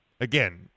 Again